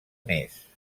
més